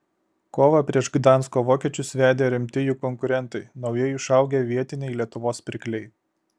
kovą prieš gdansko vokiečius vedė rimti jų konkurentai naujai išaugę vietiniai lietuvos pirkliai